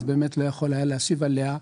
באמת לא היה יכול להשיב עליה,